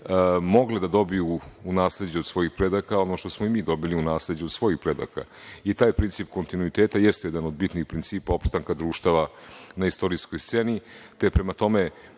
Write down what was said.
mogle da dobiju u nasleđe od svojih predaka ono što smo i mi dobili u nasleđe od svojih predaka. Taj princip kontinuiteta jeste jedan od bitnih principa opstanka društava na istorijskoj sceni.